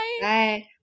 Bye